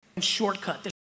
shortcut